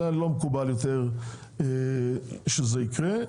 זה לא מקובל יותר שזה יקרה.